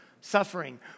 suffering